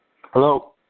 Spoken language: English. Hello